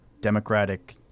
democratic